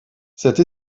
cette